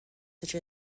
such